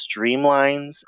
streamlines